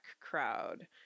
crowd